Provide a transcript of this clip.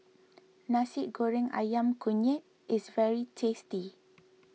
Nasi Goreng Ayam Kunyit is very tasty